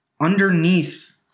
Underneath